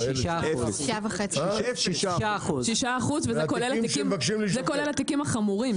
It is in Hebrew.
6%. זה כולל את התיקים החמורים.